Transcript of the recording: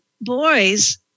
boys